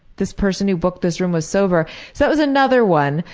this person who booked this room was sober, so that was another one.